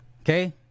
Okay